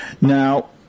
Now